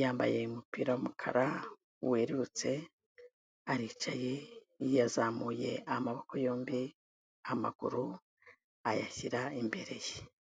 yambaye umupira w'umukara werurutse, aricaye yazamuye amaboko yombi amaguru ayashyira imbere ye.